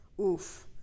Oof